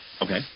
Okay